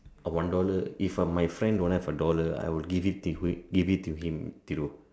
a dollar if a my friend don't have a dollar I would give it to give it to him Thiru